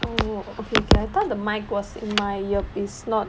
oh okay okay I thought the microphone was in my earpiece not